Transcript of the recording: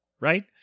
right